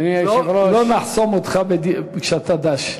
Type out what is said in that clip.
לא נחסום אותך כשאתה דש.